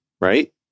right